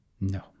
no